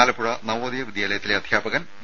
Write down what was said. ആലപ്പുഴ നവോദയ വിദ്യാലയത്തിലെ അധ്യാപകൻ വി